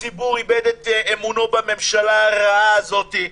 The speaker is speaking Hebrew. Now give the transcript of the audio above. הציבור איבד את אמונו בממשלה הרעה הזאת.